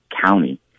county